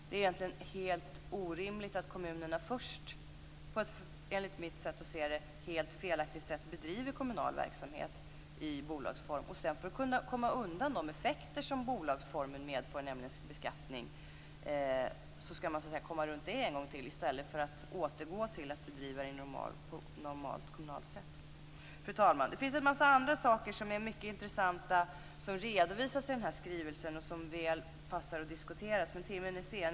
Det är egentligen helt orimligt att kommunerna först på ett enligt mitt sätt att se det helt felaktigt sätt bedriver kommunal verksamhet i bolagsform och sedan, för att komma undan de effekter som bolagsformen medför, nämligen beskattning, skall komma runt det en gång till i stället för att återgå till att bedriva det på normalt kommunalt sätt. Fru talman! Det finns en mängd andra saker som vi tycker är intressanta som redovisas i den här skrivelsen och som väl passar att diskuteras, men timmen är sen.